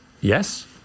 Yes